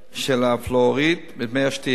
של הפלואוריד במי השתייה.